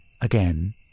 Again